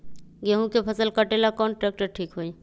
गेहूं के फसल कटेला कौन ट्रैक्टर ठीक होई?